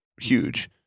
huge